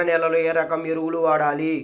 ఎర్ర నేలలో ఏ రకం ఎరువులు వాడాలి?